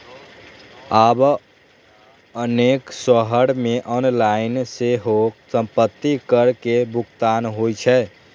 आब अनेक शहर मे ऑनलाइन सेहो संपत्ति कर के भुगतान होइ छै